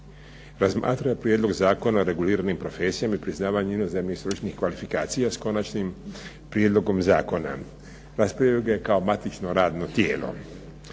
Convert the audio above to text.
razmatrao je Prijedlog zakona o reguliranim profesijama i priznavanju inozemnih stručnih kvalifikacija, s konačnim prijedlogom zakona. Raspravljao je kao matično radno tijelo.